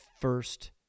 first